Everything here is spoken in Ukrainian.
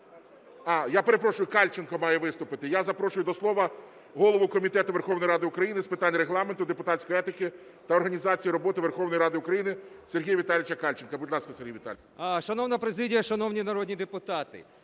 Я перепрошую, Кальченко має виступити. Я запрошую до слова голову Комітету Верховної Ради України з питань Регламенту, депутатської етики та організації роботи Верховної Ради України Сергія Віталійовича Кальченка. Будь ласка, Сергій Віталійович. 12:46:23 КАЛЬЧЕНКО С.В. Шановна президія! Шановні народні депутати!